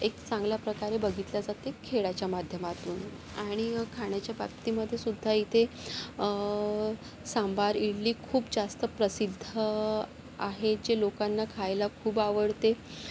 एक चांगल्या प्रकारे बघितले जाते खेळाच्या माध्यमातून आणि खाण्याच्या बाबतीमध्ये सुद्धा इथे सांबर इडली खूप जास्त प्रसिद्ध आहे जे लोकांना खायला खूप आवडते